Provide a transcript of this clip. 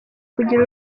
kugira